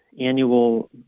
annual